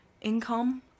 income